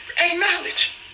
acknowledge